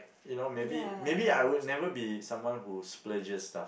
you know maybe maybe I will never be someone who splurges stuff